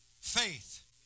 faith